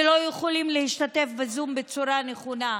ולא יכולים להשתתף בזום בצורה נכונה.